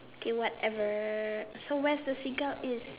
okay whatever so where's the Seagull is